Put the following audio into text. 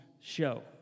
show